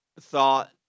thought